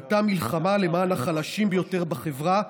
הייתה מלחמה למען החלשים ביותר בחברה,